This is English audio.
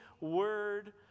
word